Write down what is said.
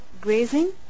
grazing